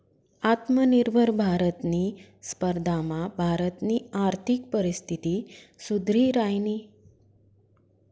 आत्मनिर्भर भारतनी स्पर्धामा भारतनी आर्थिक परिस्थिती सुधरि रायनी